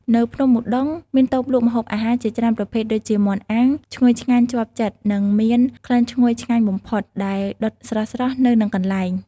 នៅភ្នំឧដុង្គ មានតូបលក់ម្ហូបអាហារជាច្រើនប្រភេទដូចជា មាន់អាំង ឈ្ងុយឆ្ងាញ់ជាប់ចិត្តនិងមានក្លិនឈ្ងុយឆ្ងាញ់បំផុត ដែលដុតស្រស់ៗនៅនឹងកន្លែង។